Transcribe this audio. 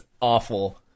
awful